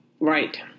Right